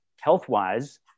health-wise